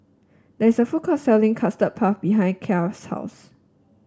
there is a food court selling Custard Puff behind Kya's house